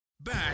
Back